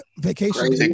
vacation